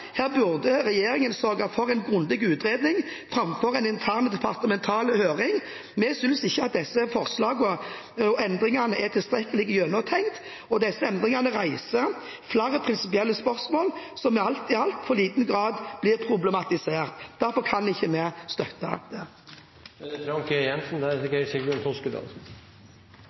Her burde regjeringen sørge for en grundig utredning framfor en intern departemental høring. Vi synes ikke at disse endringene er tilstrekkelig gjennomtenkt, og disse endringene reiser flere prinsipielle spørsmål som i altfor liten grad blir problematisert. Derfor kan ikke vi støtte det. Med Høyre i regjering er det